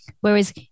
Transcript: Whereas